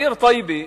העיר טייבה,